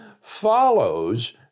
follows